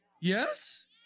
yes